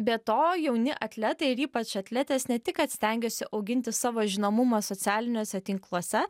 be to jauni atletai ir ypač atletės ne tik kad stengiuosi auginti savo žinomumą socialiniuose tinkluose